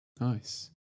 Nice